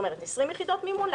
כלומר 20 יחידות מימון,